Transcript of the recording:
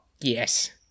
Yes